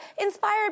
inspired